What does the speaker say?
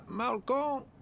Malcolm